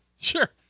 Sure